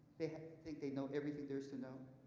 they think they know everything there is to know.